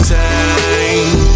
time